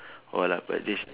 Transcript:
or like but this